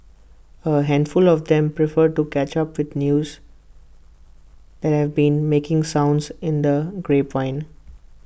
A handful of them prefer to catch up with news that have been making sounds in the grapevine